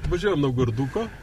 tai važiuojam naugarduko